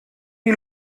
die